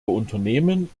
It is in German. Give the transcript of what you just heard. unternehmen